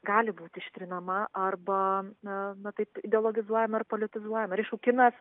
gali būti ištrinama arba na nu taip ideologizuojama politizuojama ir aišku kinas